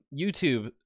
YouTube